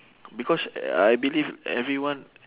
because I believe everyone